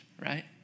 right